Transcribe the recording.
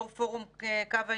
יו"ר פורום קו העימות.